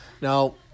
Now